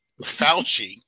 Fauci